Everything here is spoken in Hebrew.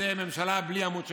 זו ממשלה בלי עמוד שדרה,